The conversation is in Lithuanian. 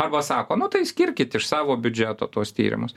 arba sako nu tai skirkit iš savo biudžeto tuos tyrimus